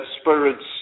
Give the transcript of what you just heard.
spirit's